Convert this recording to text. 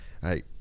hey